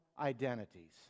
identities